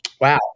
Wow